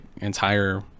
entire